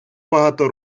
багато